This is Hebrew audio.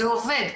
זה עובד.